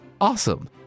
awesome